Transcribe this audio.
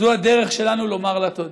זו הדרך שלנו לומר לה תודה.